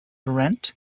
rent